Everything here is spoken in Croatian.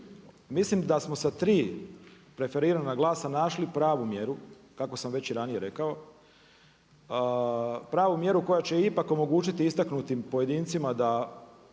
mislim da smo sa tri preferirana glasa našli pravu mjeru kako sam već i ranije rekao. Pravu mjeru koja će ipak omogućiti istaknutim pojedincima da